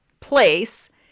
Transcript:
place